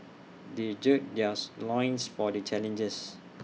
they gird theirs loins for the challenge